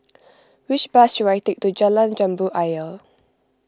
which bus should I take to Jalan Jambu Ayer